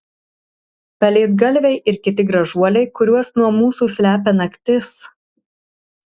pelėdgalviai ir kiti gražuoliai kuriuos nuo mūsų slepia naktis